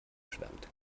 schwärmt